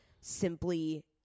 simply